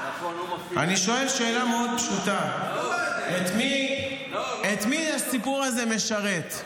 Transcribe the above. אני שואל שאלה מאוד פשוטה: את מי הסיפור הזה משרת?